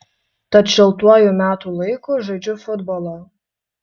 tad šiltuoju metų laiku žaidžiu futbolą